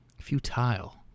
Futile